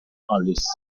alice